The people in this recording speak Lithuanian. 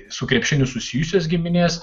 su krepšiniu susijusios giminės